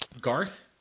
Garth